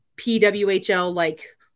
PWHL-like